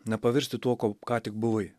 nepavirsti tuo kuo ką tik buvai